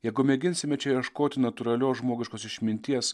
jeigu mėginsime čia ieškot natūralios žmogiškos išminties